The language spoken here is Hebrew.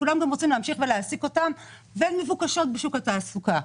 כולם רוצים להמשיך ולהעסיק אותן והן מבוקשות בשוק התעסוקה.